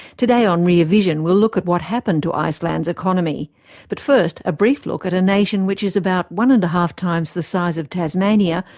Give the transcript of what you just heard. today on rear vision we'll look at what happened to iceland's economy but first, a brief look at a nation which is about one-and-a-half times the size of tasmania,